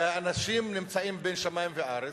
והאנשים נמצאים בין שמים וארץ,